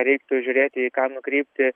reiktų žiūrėti į ką nukreipti